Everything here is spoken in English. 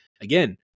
again